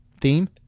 theme